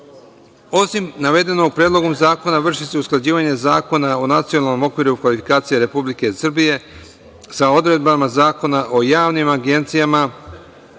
navedenog, Predlogom zakona vrši se usklađivanje Zakona o nacionalnom okviru kvalifikacija Republike Srbije sa odredbama Zakona o javnim agencijama